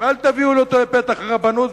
ואל תביאו אותו לפתח הרבנות,